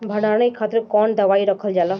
भंडारन के खातीर कौन दवाई रखल जाला?